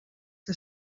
que